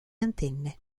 antenne